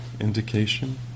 indication